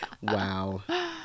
Wow